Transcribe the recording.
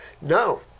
no